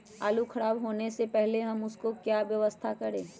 आलू खराब होने से पहले हम उसको क्या व्यवस्था करें?